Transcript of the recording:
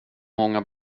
många